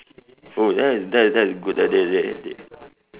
oh that that that's good that they they